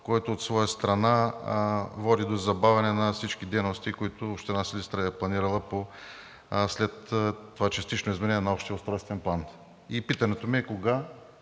което, от своя страна, води до забавяне на всички дейности, които Община Силистра е планирала след това частично изменение на Общия устройствен план. И питането ми е: кога